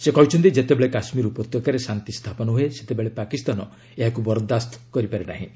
ସେ କହିଛନ୍ତି ଯେତେବେଳେ କାଶ୍ମୀର ଉପତ୍ୟକାରେ ଶାନ୍ତି ସ୍ଥାପନ ହୁଏ ସେତେବେଳେ ପାକିସ୍ତାନ ଏହାକୁ ବରଦାସ୍ତ କରିପାରେ ନାହିଁ